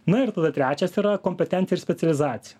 na ir tada trečias yra kompetencija ir specializacija